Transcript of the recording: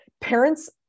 parents